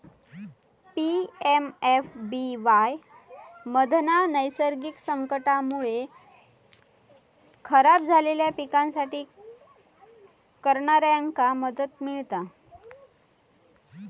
PMFBY मधना नैसर्गिक संकटांमुळे खराब झालेल्या पिकांसाठी करणाऱ्याक मदत मिळता